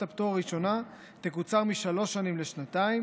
הפטור הראשונה תקוצר משלוש שנים לשנתיים,